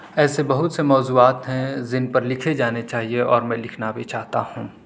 ایسے بہت سے موضوعات ہیں جن پر لکھے جانے چاہیے اور میں لکھنا بھی چاہتا ہوں